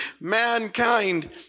mankind